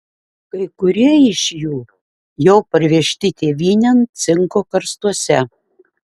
kai kurie iš jų jau parvežti tėvynėn cinko karstuose